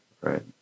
Right